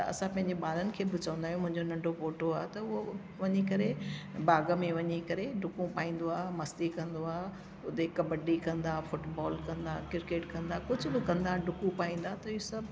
त असां पंहिंजे ॿारनि खे बि चवंदा आहियूं मुंहिंजो नंढो पोटो आहे त उहो वञी करे बाग में वञी करे ॾुकु पाईंदो आहे मस्ती कंदो आहे उते कबड्डी कंदा फूटबॉल कंदा क्रिकेट कंदा कुझु बि कंदा ॾुकू पाईंदा त इहो सभु